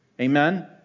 Amen